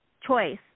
choice